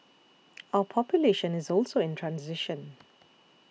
our population is also in transition